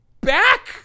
back